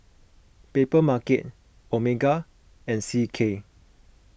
Papermarket Omega and C K